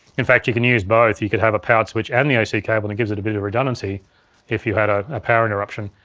in fact, you can use both. you could have a powered switch and the ac cable and it gives it a bit of redundancy if you had ah a power interruption.